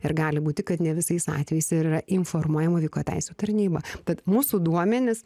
ir gali būti kad ne visais atvejais ir yra informuojama vaiko teisių tarnyba tad mūsų duomenis